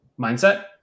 mindset